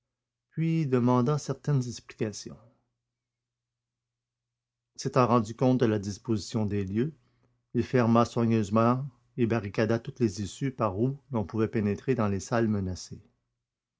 puis demanda certaines explications s'étant rendu compte de la disposition des lieux il ferma soigneusement et barricada toutes les issues par où l'on pouvait pénétrer dans les salles menacées